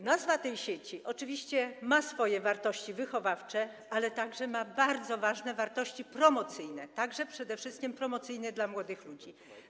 Nazwa tej sieci oczywiście ma swoje wartości wychowawcze, ale także ma bardzo ważne wartości promocyjne, przede wszystkim dla młodych ludzi.